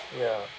ya